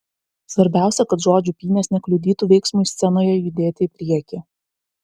svarbiausia kad žodžių pynės nekliudytų veiksmui scenoje judėti į priekį